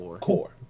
core